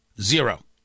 zero